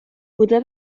podrà